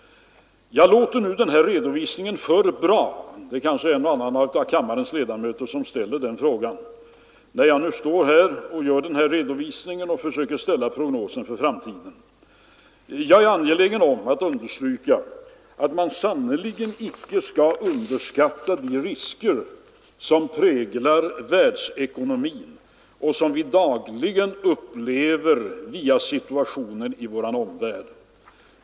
Låter det här för bra? Det är kanske en eller annan av kammarens ledamöter som gör sig den frågan, när jag lämnar denna redovisning och försöker ställa prognosen för framtiden. Jag är angelägen att understryka att man sannerligen icke skall underskatta de risker som präglar världsekonomin och som vi dagligen upplever via situationen i vår omvärld.